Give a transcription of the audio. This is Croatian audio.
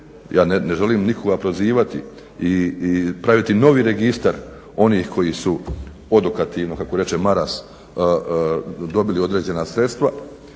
ja ne želim nikoga prozivati i praviti novi registar onih koji su odokativno kako reče Maras dobili određena sredstva